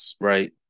right